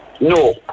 No